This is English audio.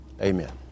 amen